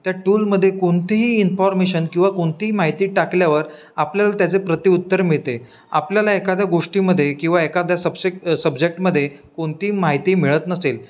त्या टूलमध्ये कोणतीही इन्फॉर्मेशन किंवा कोणतीही माहिती टाकल्यावर आपल्याला त्याचे प्रत्युत्तर मिळते आपल्याला एखाद्या गोष्टीमध्ये किंवा एखाद्या सबशेक् सब्जेक्टमध्ये कोणतीही माहिती मिळत नसेल